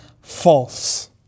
false